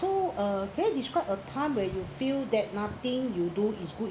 so uh can you describe a time where you feel that nothing you do is good